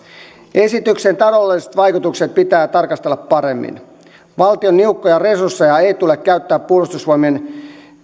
esityksen taloudelliset vaikutukset pitää tarkastella paremmin valtion niukkoja resursseja ei tule käyttää puolustusvoimien